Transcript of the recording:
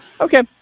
Okay